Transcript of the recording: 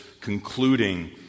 concluding